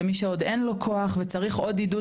למי שאין לו כוח וצריך עוד עידוד,